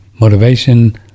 motivation